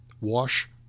Wash